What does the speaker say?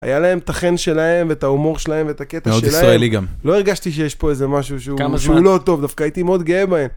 היה להם את החן שלהם, את ההומור שלהם, את הקטע שלהם. מאוד ישראלי גם. לא הרגשתי שיש פה איזה משהו שהוא לא טוב, דווקא הייתי מאוד גאה בהם.